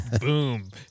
Boom